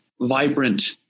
vibrant